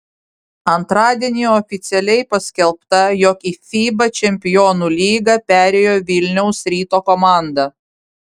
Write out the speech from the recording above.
antradienį oficialiai paskelbta jog į fiba čempionų lygą perėjo vilniaus ryto komanda